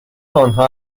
آنها